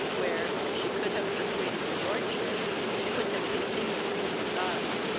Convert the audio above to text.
where, if she could have persuaded your lordship, she would have continued to reside.